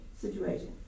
situation